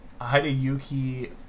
Hideyuki